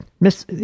Miss